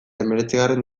hemeretzigarren